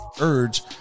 urge